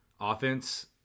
offense